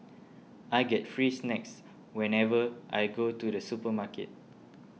I get free snacks whenever I go to the supermarket